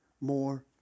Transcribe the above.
more